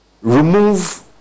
remove